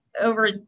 Over